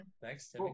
thanks